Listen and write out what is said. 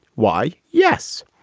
why, yes.